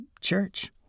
church